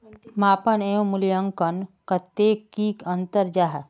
मापन एवं मूल्यांकन कतेक की अंतर जाहा?